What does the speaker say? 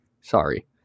sorry